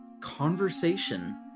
conversation